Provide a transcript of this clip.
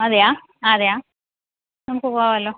അതെയോ അ അതെയോ നമുക്ക് പോവാമലോ